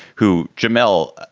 who, jamelle,